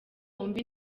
wumve